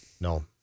No